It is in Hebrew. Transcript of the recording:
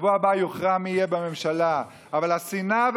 בשבוע הבא יוכרע מי יהיה בממשלה אבל השנאה,